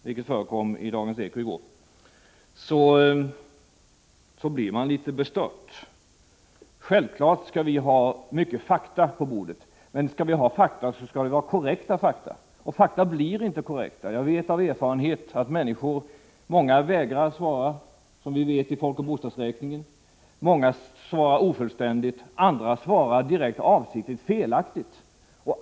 Detta togs upp i Dagens Eko i går. Självfallet skall vi ha mycket fakta på bordet, men då skall det vara korrekta fakta. Och fakta blir inte korrekta härvidlag. Jag vet av erfarenhet att många människor vägrar svara — så skedde t.ex. i folkoch bostadsräkningen. Många svarar ofullständigt. Andra svarar avsiktligt direkt felaktigt.